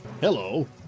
Hello